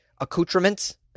accoutrements